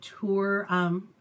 tour